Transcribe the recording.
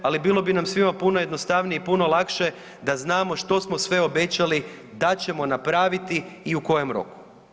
Ali bilo bi nam svima puno jednostavnije i puno lakše da znamo što smo sve obećali da ćemo napraviti i u kojem roku.